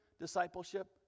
discipleship